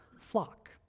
flock